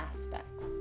aspects